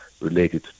related